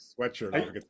sweatshirt